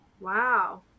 Wow